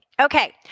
Okay